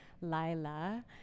Lila